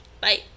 Bye